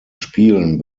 spielen